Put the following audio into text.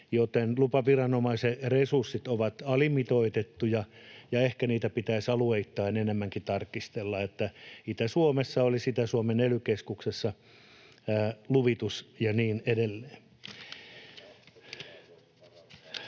Joten lupaviranomaisen resurssit ovat alimitoitettuja, ja ehkä niitä pitäisi alueittain enemmänkin tarkastella, että Itä-Suomessa olisi Itä-Suomen ely-keskuksessa luvitus ja niin edelleen.